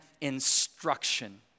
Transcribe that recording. instruction